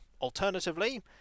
Alternatively